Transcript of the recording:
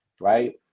right